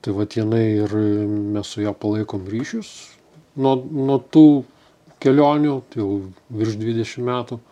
tai vat jinai ir mes su ja palaikom ryšius nuo nuo tų kelionių tai jau virš dvidešim metų